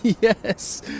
Yes